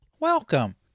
Welcome